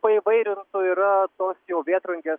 paįvairintų yra tos jau vėtrungės